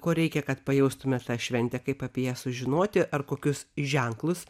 ko reikia kad pajustumėt tą šventę kaip apie ją sužinoti ar kokius ženklus